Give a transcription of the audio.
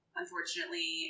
unfortunately